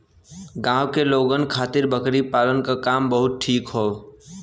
गांव के लोगन खातिर बकरी पालना क काम बहुते ठीक हौ